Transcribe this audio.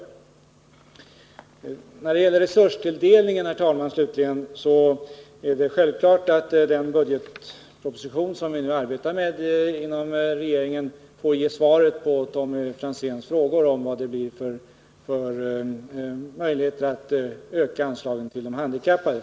När det slutligen gäller resurstilldelningen, herr talman, är det självklart att den budgetproposition som vi nu arbetar med inom regeringen får ge svaret på Tommy Franzéns frågor om vad det blir för möjligheter att öka anslagen till de handikappade.